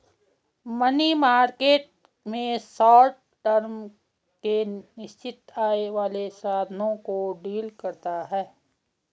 money market में short term के निश्चित आय वाले साधनों को डील करता है